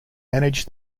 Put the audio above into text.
managed